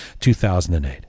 2008